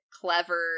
clever